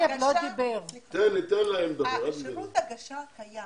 שירות הגשה קיים.